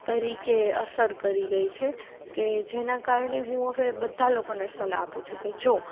તરીકે અસર કરી ગઈ છે કે જેના કારણે હું હવે બધા લોકોને સલાહ આપું છું કે જો